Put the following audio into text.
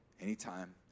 Anytime